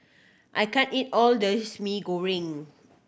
I can't eat all this Mee Goreng